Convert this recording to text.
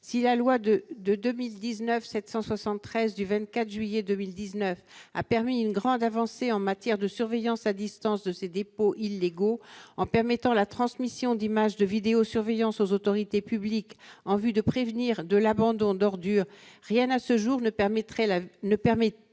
Si la loi du 24 juillet 2019 a amené une grande avancée en matière de lutte contre ces dépôts illégaux, en permettant la transmission d'images de vidéosurveillance aux autorités publiques en vue de signaler l'abandon d'ordures, rien à ce jour ne permet la